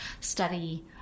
study